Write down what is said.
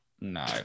No